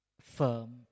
firm